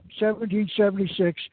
1776